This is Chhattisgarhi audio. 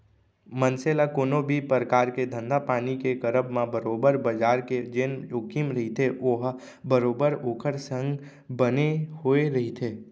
मनसे ल कोनो भी परकार के धंधापानी के करब म बरोबर बजार के जेन जोखिम रहिथे ओहा बरोबर ओखर संग बने होय रहिथे